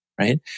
right